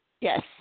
Yes